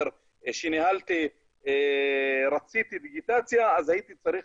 כשניהלתי בית ספר רציתי דיגיטציה והייתי צריך